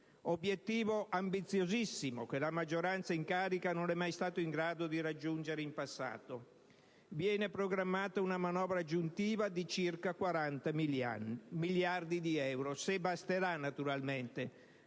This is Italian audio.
obiettivo ambiziosissimo, che la maggioranza in carica non è mai stata in grado di raggiungere in passato. Viene programmata una manovra aggiuntiva di circa 40 miliardi di euro, se basterà, naturalmente;